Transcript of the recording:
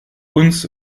uns